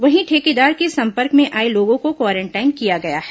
वहीं ठेकेदार के संपर्क में आए लोगों को क्वारेंटाइन किया गया है